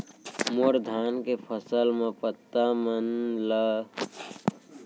मोर धान के फसल म पत्ता मन म लाल व भूरा रंग के धब्बा आप गए हे ओखर लिए कोन स पोसक तत्व देहे के आवश्यकता हे?